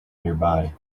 nearby